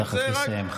צריך לסיים,